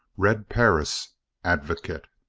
red perris advocate